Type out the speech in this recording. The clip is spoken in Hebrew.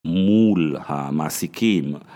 מול המעסיקים